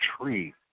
tree